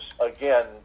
again